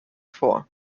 vor